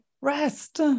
rest